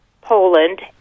poland